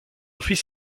fils